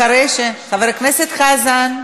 חבר הכנסת חזן.